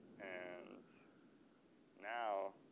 and now,